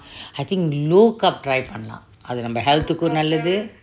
I think low carb try பண்ணலாம் அது நம்ம::pannalam athu namma health கும் நல்லது:kum nallathu